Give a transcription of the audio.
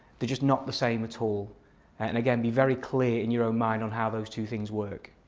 they're just not the same at all and again be very clear in your own mind on how those two things work.